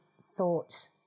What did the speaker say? thought